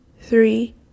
three